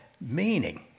meaning